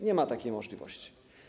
Nie ma takiej możliwości.